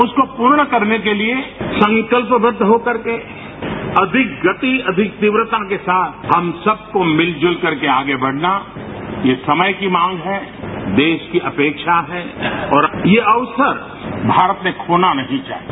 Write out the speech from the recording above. उसको पूर्ण करने के लिए संकल्पबद्ध हो करके अधिक गति अधिक तीव्रता के साथ हम सबको मिलजुलकर आगे बढ़ना ये समय की मांग है देश की अपेक्षा है और ये अवसर भारत ने खोना नहीं चाहिए